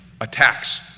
attacks